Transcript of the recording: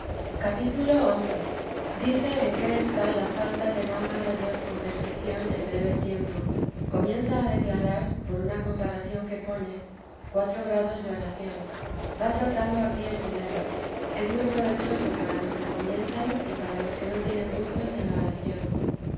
cap xi dice en qué está la falta de no amar a dios con perfección en breve tiempo comienza a declarar por una comparación que pone cuatro grados de oración va tratando aquí el primero es muy provechoso para los que comienzan y para los que no tienen gustos en la oración